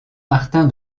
martin